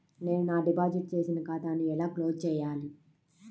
నేను నా డిపాజిట్ చేసిన ఖాతాను ఎలా క్లోజ్ చేయాలి?